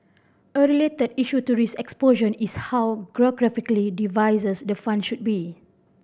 a related issue to risk exposure is how geographically diversified the fund should be